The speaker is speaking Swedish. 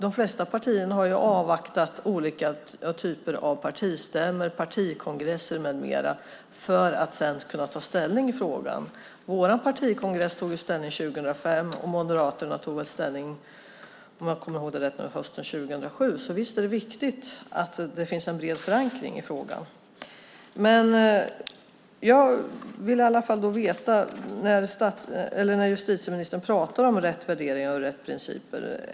De flesta partierna har avvaktat olika typer av partistämmor, partikongresser med mera för att sedan kunna ta ställning i frågan. Vår partikongress tog ställning 2005. Moderaterna tog väl ställning hösten 2007, om jag kommer ihåg rätt. Visst är det viktigt att det finns en bred förankring i frågan. Justitieministern pratar om rätt värderingar och rätt principer.